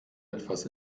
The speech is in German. etwas